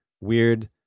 weird